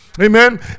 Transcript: Amen